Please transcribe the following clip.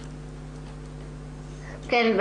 כן.